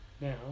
Now